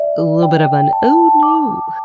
little bit of an ohhhh nooooooo.